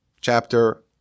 chapter